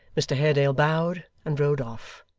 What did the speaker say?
mr haredale bowed, and rode off,